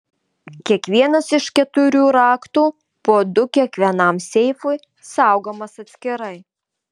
kiekvienas iš keturių raktų po du kiekvienam seifui saugomas atskirai